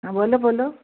ਹਾਂ ਬੋਲੋ ਬੋਲੋ